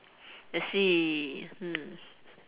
let's see hmm